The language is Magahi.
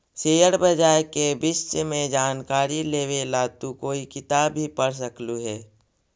शेयर बाजार के विष्य में जानकारी लेवे ला तू कोई किताब भी पढ़ सकलू हे